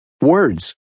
Words